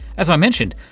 as i mentioned,